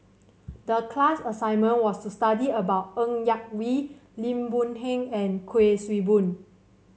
the class assignment was to study about Ng Yak Whee Lim Boon Heng and Kuik Swee Boon